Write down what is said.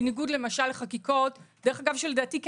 בניגוד למשל לחקיקות שלדעתי,